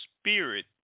spirit